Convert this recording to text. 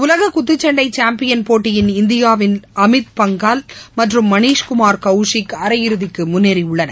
உலககுத்துச்சண்டைசாம்பியன் போட்டியின் இந்தியாவின் அமித் பங்கல் மற்றும் மனீஷ் குமார் கௌஷிக் அரையிறுதிக்குமுன்னேறியுள்ளனர்